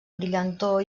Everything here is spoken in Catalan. brillantor